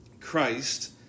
Christ